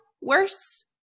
worse